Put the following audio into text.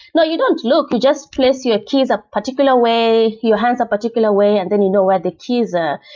no, you don't look. you just place your keys a particular way, your hands a particular way, and then you know where the keys are.